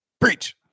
Preach